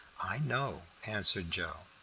i know, answered joe.